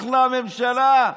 אחלה ממשלה.